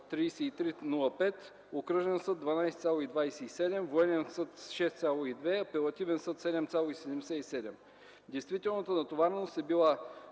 окръжен съд – 12,27, военен съд – 6,2, апелативен съд – 7,77. Действителната натовареност е била: